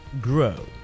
grow